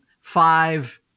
five